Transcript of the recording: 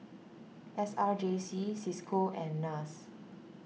S R J C Cisco and Nas